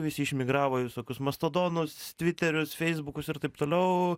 visi išmigravo į visokius mastodonus tviterius feisbukus ir taip toliau